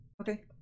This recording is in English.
Okay